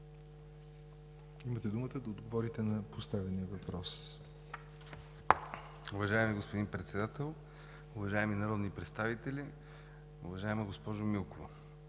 имате думата да отговорите на поставения въпрос.